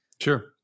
Sure